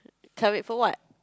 can't wait for what